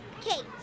Kate